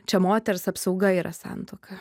čia moters apsauga yra santuoka